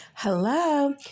Hello